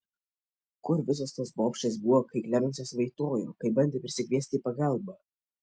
kur visos tos bobšės buvo kai klemensas vaitojo kai bandė prisikviesti į pagalbą